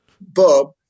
Bob